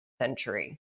century